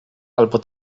albo